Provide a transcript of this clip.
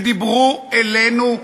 הם דיברו אלינו,